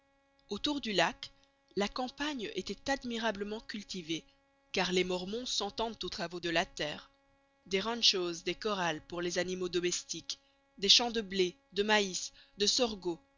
autour du lac la campagne était admirablement cultivée car les mormons s'entendent aux travaux de la terre des ranchos et des corrals pour les animaux domestiques des champs de blé de maïs de sorgho